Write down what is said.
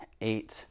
eight